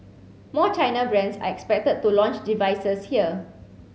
more China brands are expected to launch devices here